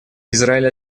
израиль